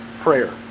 prayer